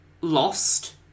lost